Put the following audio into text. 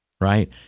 right